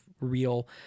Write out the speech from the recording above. real